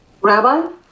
Rabbi